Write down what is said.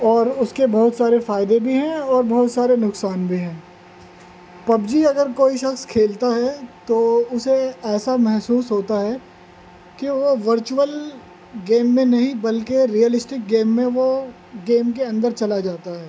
اور اس کے بہت سارے فائدے بھی ہیں اور بہت سارے نقصان بھی ہیں پب جی اگر کوئی شخص کھیلتا ہے تو اسے ایسا محسوس ہوتا ہے کہ وہ ورچوئل گیم میں نہیں بلکہ ریئلسٹک گیم میں وہ گیم کے اندر چلا جاتا ہے